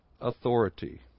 authority